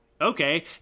okay